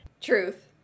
Truth